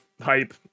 hype